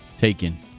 taken